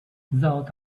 thought